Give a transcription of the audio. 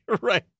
right